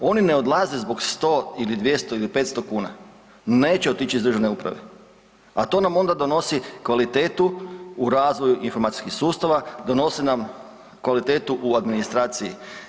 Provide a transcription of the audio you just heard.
Oni ne odlaze zbog 100 ili 200 ili 500 kuna, neće otići iz državne uprave, a to nam onda donosi kvalitetu u razvoju informacijskih sustava, donose nam kvalitetu u administraciji.